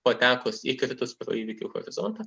patekus įkritus pro įvykių horizontą